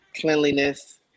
cleanliness